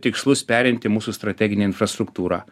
tikslus perimti mūsų strateginę infrastruktūrą